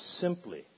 simply